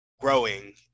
growing